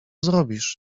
zrobisz